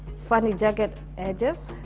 funny jagged edges.